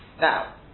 Now